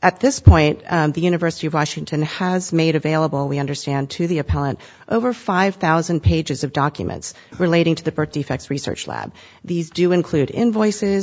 at this point the university of washington has made available we understand to the appellant over five thousand pages of documents relating to the birth defects research lab these do include invoices